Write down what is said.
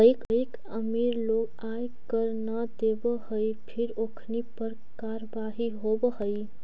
कईक अमीर लोग आय कर न देवऽ हई फिर ओखनी पर कारवाही होवऽ हइ